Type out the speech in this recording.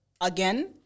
again